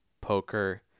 poker